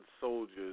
soldiers